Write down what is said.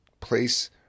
place